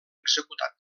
executat